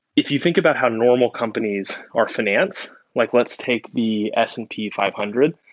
if you think about how normal companies are financed. like let's take the s and p five hundred.